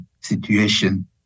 situation